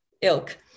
ilk